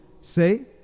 say